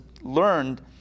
learned